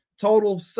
total